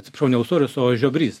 atsiprašau ne ūsorius o žiobrys